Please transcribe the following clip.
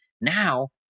now